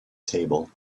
table